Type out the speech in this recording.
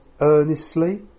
earnestly